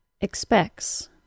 Expects